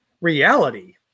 reality